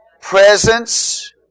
Presence